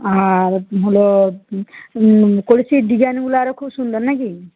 আর হলো কলসির ডিজাইনগুলো আরো খুব সুন্দর নাকি